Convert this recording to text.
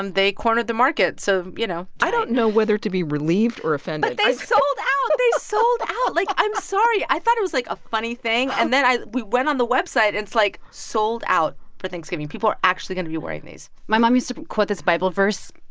and they cornered the market. so, you know. i don't know whether to be relieved or offended but they sold out. they sold out. like, i'm sorry. i thought it was, like, a funny thing. and then we went on the website. and it's, like, sold out for thanksgiving. people are actually going to be wearing these my mom used to quote this bible verse.